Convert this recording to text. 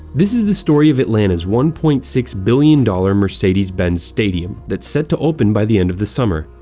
this is the story of atlanta's one point six billion dollars mercedes benz stadium that's set to open by the end of the summer.